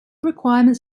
requirements